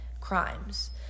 crimes